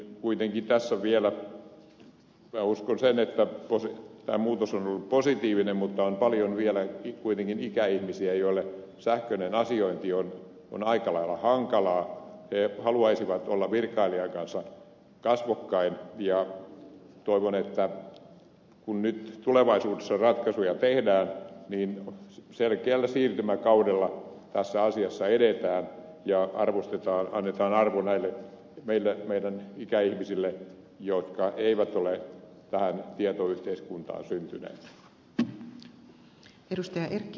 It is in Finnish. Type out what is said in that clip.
minä uskon sen että tämä muutos on ollut positiivinen mutta kuitenkin tässä on paljon vielä ikäihmisiä joille sähköinen asiointi on aika lailla hankalaa he haluaisivat olla virkailijan kanssa kasvokkain ja toivon että kun nyt tulevaisuudessa ratkaisuja tehdään niin selkeällä siirtymäkaudella tässä asiassa edetään ja annetaan arvo näille meidän ikäihmisille jotka eivät ole tähän tietoyhteiskuntaan syntyneet